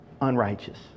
unrighteous